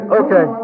okay